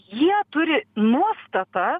jie turi nuostatą